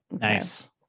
Nice